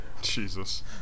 Jesus